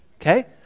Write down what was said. Okay